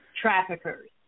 traffickers